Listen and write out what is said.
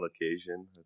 occasion